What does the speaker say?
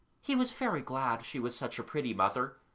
he was very glad she was such a pretty mother.